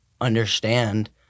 understand